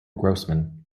grossman